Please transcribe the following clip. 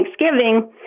Thanksgiving